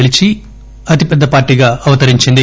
గెలిచి అతిపెద్ద పార్టీగా అవతరించింది